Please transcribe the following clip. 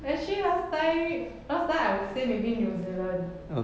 actually last time last time I would say maybe new zealand